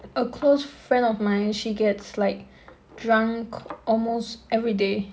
a close friend of mine she gets like drunk almost every day